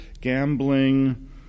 gambling